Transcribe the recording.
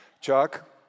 Chuck